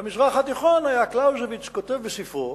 במזרח התיכון היה קלאוזביץ כותב בספרו